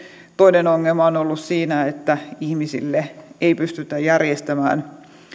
toinen ongelma on on ollut siinä että ihmisille ei pystytä järjestämään